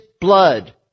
blood